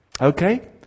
Okay